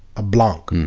a blanc.